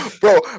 Bro